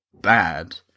bad